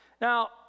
Now